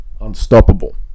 unstoppable